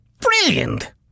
Brilliant